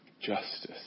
justice